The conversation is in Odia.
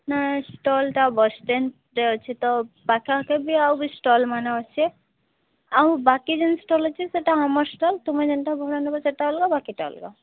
ନାଁ ଷ୍ଟଲ୍ଟା ବସ୍ ଷ୍ଟାଣ୍ଡ୍ରେ ଅଛି ତ ପାଖେଆଖେ ବି ଆଉ ବି ଷ୍ଟଲ୍ମାନେ ଅଛେ ଆଉ ବାକି ଯେଉଁ ଷ୍ଟଲ୍ ଅଛି ସେଟା ଆମ ଷ୍ଟଲ୍ ତୁମେ ଯେଉଁଟା ଭଡ଼ା ନେବ ସେଟା ଅଲଗା ବାକିଟା ଅଲଗା